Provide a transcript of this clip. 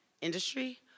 industry